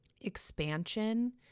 expansion